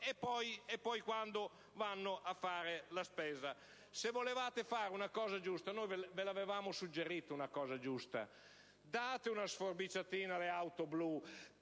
e poi quando vanno a fare la spesa. Se volevate fare una cosa giusta, vi avevamo suggerito di dare una sforbiciatina alle auto blu.